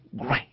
great